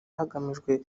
hagamijwe